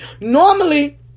Normally